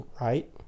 Right